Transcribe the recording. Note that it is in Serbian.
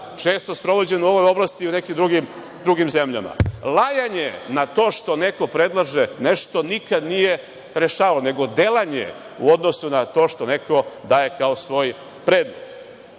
često sprovođen u ovoj oblasti u nekim drugim zemljama. „Lajanje“ na to što neko predlaže nešto nikad nije rešavalo, nego delanje u odnosu na to što neko daje kao svoj predlog.